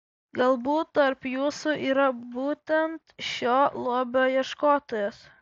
galbūt tarp jūsų yra būtent šio lobio ieškotojas